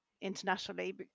internationally